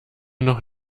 noch